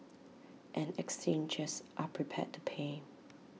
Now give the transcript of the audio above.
and exchanges are prepared to pay